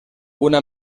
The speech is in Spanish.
una